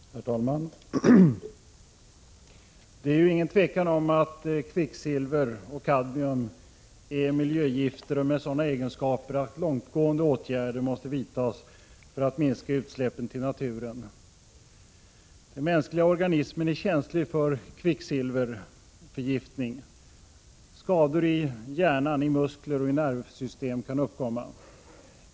Herr talman! Det är inget tvivel om att kvicksilver och kadmium är miljögifter med sådana egenskaper att långtgående åtgärder måste vidtas för att minska utsläppen till naturen. Den mänskliga organismen är känslig för kvicksilverförgiftning. Skador i hjärnan, i muskler och i nervsystem kan uppkomma.